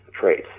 traits